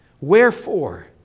Wherefore